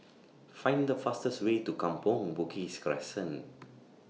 Find The fastest Way to Kampong Bugis Crescent